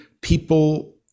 people